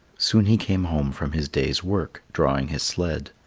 soon he came home from his day's work, drawing his sled.